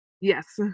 Yes